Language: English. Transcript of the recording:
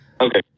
Okay